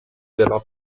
della